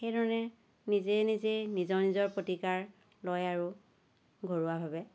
সেই ধৰণে নিজে নিজে নিজৰ নিজৰ প্ৰতিকাৰ লয় আৰু ঘৰুৱাভাৱে